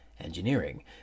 engineering